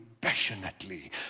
passionately